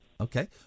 Okay